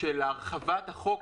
של הרחבת החוק